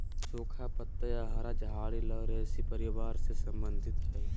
सुखा पत्ता या हरा झाड़ी लॉरेशी परिवार से संबंधित हइ